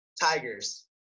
Tigers